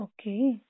Okay